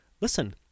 listen